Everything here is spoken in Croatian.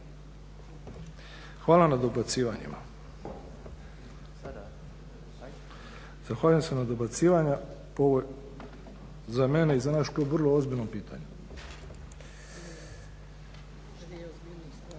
Hvala na dobacivanjima. Zahvaljujem se na dobacivanjima za mene i za naš klub vrlo ozbiljno pitanje.